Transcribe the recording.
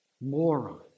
Moron